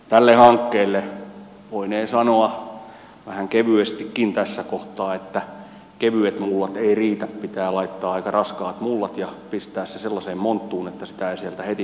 tälle hankkeelle voinee sanoa vähän kevyestikin tässä kohtaa että kevyet mullat eivät riitä pitää laittaa aika raskaat mullat ja pistää se sellaiseen monttuun että sitä ei sieltä heti kohta kaiveta